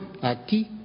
aquí